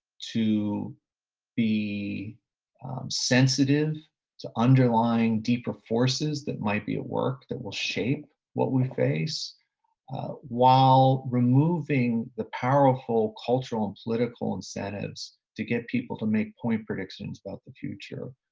to be sensitive to underlying deeper forces that might be at work that will shape what we face while removing the powerful cultural and political incentives to get people to make point predictions about the future,